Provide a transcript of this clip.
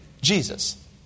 Jesus